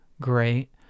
great